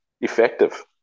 effective